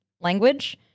language